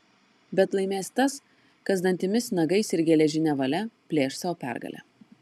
bet laimės tas kas dantimis nagais ir geležine valia plėš sau pergalę